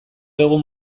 egun